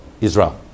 Israel